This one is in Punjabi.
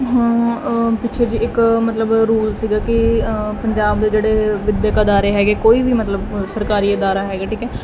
ਹਾਂ ਪਿੱਛੇ ਜਿਹੇ ਇੱਕ ਮਤਲਬ ਰੂਲ ਸੀਗਾ ਕਿ ਪੰਜਾਬ ਦੇ ਜਿਹੜੇ ਵਿੱਦਿਅਕ ਅਦਾਰੇ ਹੈਗੇ ਕੋਈ ਵੀ ਮਤਲਬ ਸਰਕਾਰੀ ਅਦਾਰਾ ਹੈਗਾ ਠੀਕ ਹੈ